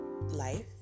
life